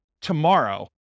tomorrow